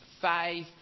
five